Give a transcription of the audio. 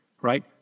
right